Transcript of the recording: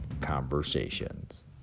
conversations